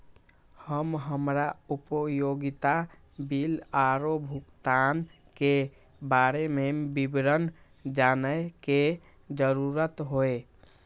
जब हमरा उपयोगिता बिल आरो भुगतान के बारे में विवरण जानय के जरुरत होय?